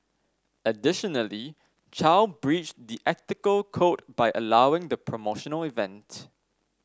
additionally Chow breached the ethical code by allowing the promotional event